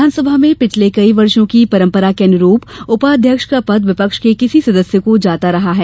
विधानसभा में पिछले कई वर्षो की परंपरा के अनुरूप उपाध्यक्ष का पद विपक्ष के किसी सदस्य को जाता रहा है